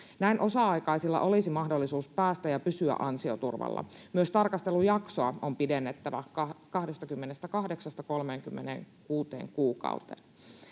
Näin osa-aikaisilla olisi mahdollisuus päästä ja pysyä ansioturvalla. Myös tarkastelujaksoa on pidennettävä 28:sta 36 kuukauteen.